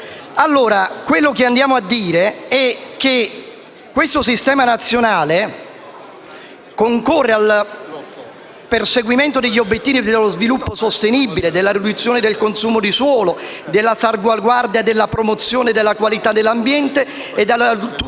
risorgere. Quello che diciamo è che questo sistema nazionale concorre al perseguimento degli obiettivi di uno sviluppo sostenibile, della riduzione del consumo di suolo, della salvaguardia e della promozione della qualità dell'ambiente e della tutela